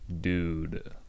Dude